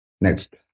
Next